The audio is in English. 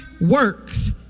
works